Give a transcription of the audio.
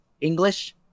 English